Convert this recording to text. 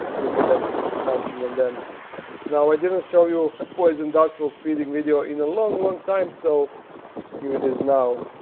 look at them munching on them now. i didn't show you a poison dart frog feeding video in a long long time so here it is now